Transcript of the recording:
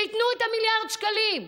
שיתנו מיליארד שקלים.